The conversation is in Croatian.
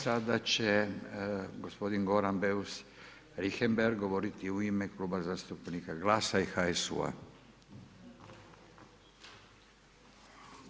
Sada će gospodin Goran Beus Richembergh govoriti u ime Kluba zastupnika GLAS-a i HSU-a.